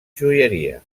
joieria